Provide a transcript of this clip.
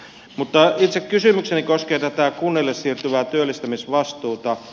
mutta itse kysymykseni koskee tätä kunnille siirtyvää työllistämisvastuuta